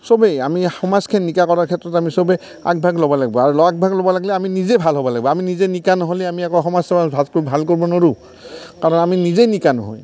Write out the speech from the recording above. চবে আমি সমাজখেন নিকা কৰাৰ ক্ষেত্ৰত আমি চবে আগভাগ ল'ব লাগিব আৰু আগভাগ ল'ব লাগিলে আমি নিজে ভাল হ'ব লাগিব আমি নিজে নিকা নহ'লে আমি একো সমাজৰ ভাল কৰিব নোৱৰোঁ কাৰণ আমি নিজে নিকা নহয়